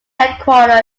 headquarter